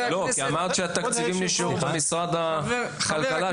כי אמרת שהתקציבים נשארו במשרד הכלכלה,